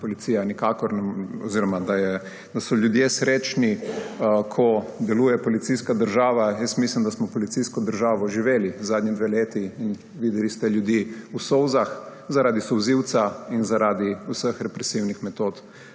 policije. Nekdo je prej dejal, da so ljudje srečni, ko deluje policijska država. Jaz mislim, da smo policijsko državo živeli zadnji dve leti in videli ste ljudi v solzah zaradi solzivca in zaradi vseh represivnih metod,